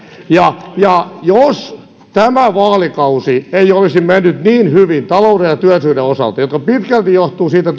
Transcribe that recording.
jos tämä vaalikausi ei olisi mennyt niin hyvin talouden ja työllisyyden osalta mikä pitkälti johtuu siitä